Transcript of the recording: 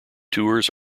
tours